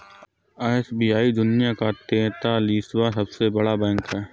SBI दुनिया का तेंतालीसवां सबसे बड़ा बैंक है